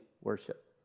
worship